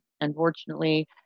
Unfortunately